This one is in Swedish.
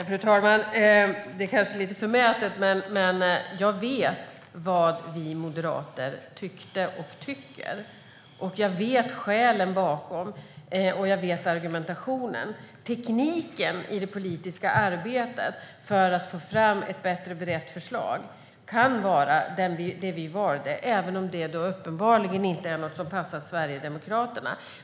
Fru talman! Det kanske är lite förmätet, men jag vet vad vi moderater tyckte och tycker. Jag känner till skälen bakom, och argumentationen. Tekniken i det politiska arbetet för att få fram ett bättre berett förslag kan vara den vi valde, även om det uppenbarligen inte passar Sverigedemokraterna.